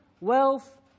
wealth